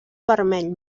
vermell